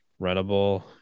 rentable